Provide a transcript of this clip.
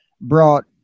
brought